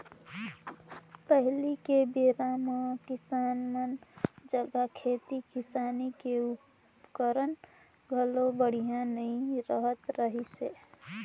पहिली के बेरा म किसान मन जघा खेती किसानी के उपकरन घलो बड़िहा नइ रहत रहिसे